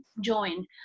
join